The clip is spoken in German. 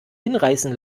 hinreißen